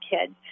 kids